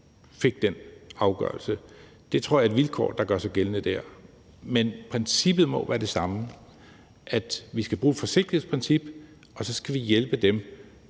fik den afgørelse. Det tror jeg er et vilkår, der gør sig gældende der. Men princippet må være det samme: Vi skal bruge et forsigtighedsprincip, og så skal vi hjælpe dem,